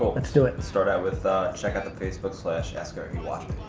let's do it. start out with check out the facebook slash, ask aren't you watching?